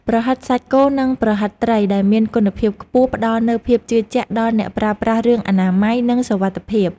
ប្រហិតសាច់គោនិងប្រហិតត្រីដែលមានគុណភាពខ្ពស់ផ្តល់នូវភាពជឿជាក់ដល់អ្នកប្រើប្រាស់រឿងអនាម័យនិងសុវត្ថិភាព។